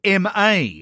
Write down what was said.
MA